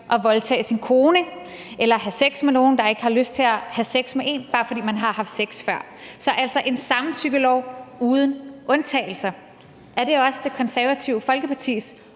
at voldtage sin kone eller at have sex med nogen, der ikke har lyst til at have sex med en, bare fordi man har haft sex før. Så altså en samtykkelov uden undtagelser. Er det også Det Konservative Folkepartis